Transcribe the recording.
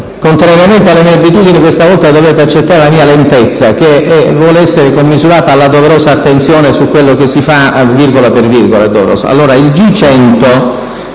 Contrariamente alle mie abitudini, questa volta dovrete accettare la mia lentezza, che vuole essere commisurata alla doverosa attenzione, virgola per virgola,